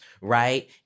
right